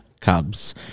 Cubs